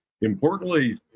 Importantly